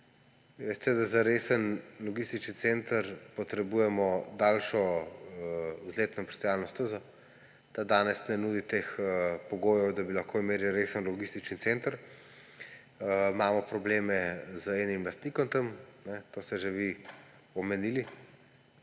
Veste, da za resen logističen center potrebujemo daljšo vzletno in pristajalno stezo. Ta danes ne nudi teh pogojev, da bi lahko imeli resen logističen center. Imamo probleme z enim lastnikom tam – to ste že vi omenili.